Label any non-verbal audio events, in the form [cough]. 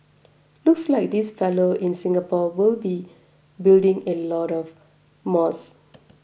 looks like this fellow in Singapore will be building a lot of [unintelligible]